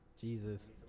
Jesus